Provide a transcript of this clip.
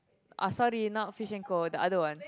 ah sorry not Fish and Co the other one